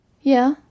Yeah